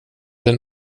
den